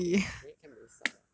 eh my organic chem really suck eh